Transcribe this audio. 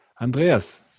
Andreas